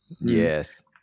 Yes